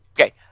Okay